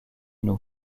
nous